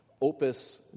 opus